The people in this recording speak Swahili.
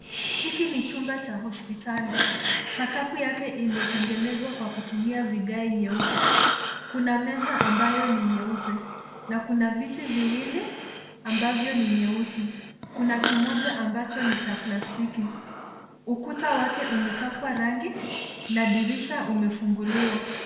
Hiki ni chumba cha hospitali. Sakafu yake imetegenezwa kwa kutumia vigae nyeupe. Kuna meza ambayo ni nyeupe na kuna viti viwili ambavyo ni nyeusi, kuna kimoja ambacho ni cha plastiki. Ukuta wake umepakwa rangi na dirisha umefunguliwa.